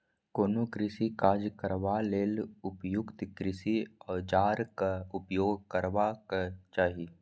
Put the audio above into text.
कोनो कृषि काज करबा लेल उपयुक्त कृषि औजारक उपयोग करबाक चाही